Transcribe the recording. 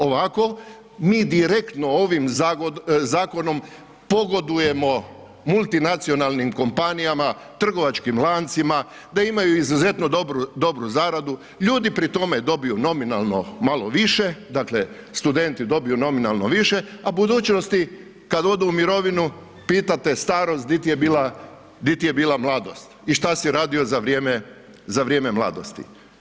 Ovako bi direktno ovim zakonom pogodujemo multinacionalnim kompanijama, trgovačkim lancima, da imaju izuzetno dobru zaradu, ljudi pri tome dobiju nominalno malo više, dakle studenti dobiju nominalno više a u budućnosti kad odu u mirovinu, pita te starost di ti je mladost i šta si radio za vrijeme mladosti.